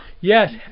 Yes